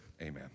amen